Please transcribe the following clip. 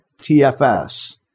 TFS